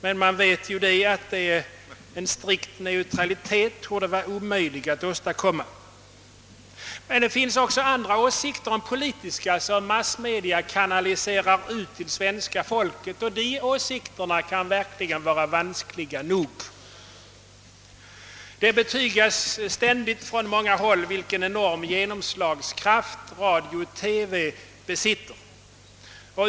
Men vi vet att en strikt neutralitet torde vara omöjlig att åstadkomma. Det finns emellertid också and Åtgärder i syfte att fördjupa och stärka det svenska folkstyret ra åsikter än politiska som massmedia kanaliserar ut till svenska folket, och de åsikterna kan vara vanskliga nog. Det betygas ständigt och från många häll vilken enorm genomslagskraft radio-TV besitter.